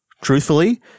truthfully